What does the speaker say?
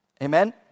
Amen